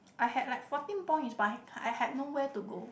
I had like fourteen points but I I had nowhere to go